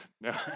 No